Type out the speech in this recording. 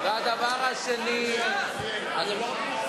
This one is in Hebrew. הדבר השני, הבנו.